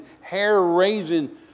hair-raising